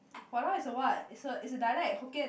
!walao! is a what is a is a dialect Hokkien